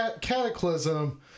Cataclysm